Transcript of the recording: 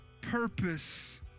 purpose